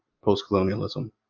Post-colonialism